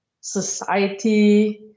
society